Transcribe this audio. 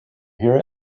hear